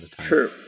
True